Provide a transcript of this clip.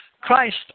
Christ